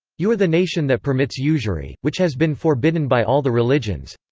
you are the nation that permits usury, which has been forbidden by all the religions